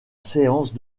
séance